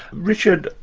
richard,